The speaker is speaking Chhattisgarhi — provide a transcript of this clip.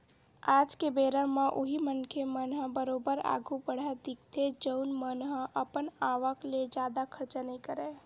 आज के बेरा म उही मनखे मन ह बरोबर आघु बड़हत दिखथे जउन मन ह अपन आवक ले जादा खरचा नइ करय